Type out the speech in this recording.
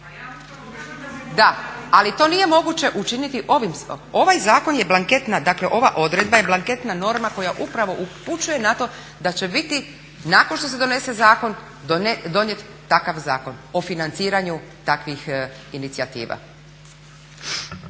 Da, ali to nije moguće učiniti ovim zakonom. Ovaj zakon je blanketna norma koja upravo upućuje na to da će biti nakon što se donese zakon donijet takav zakon o financiranju takvih inicijativa.